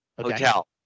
Hotel